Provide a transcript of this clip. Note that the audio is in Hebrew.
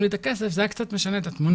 לי את הכסף - זה היה קצת משנה את התמונה.